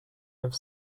have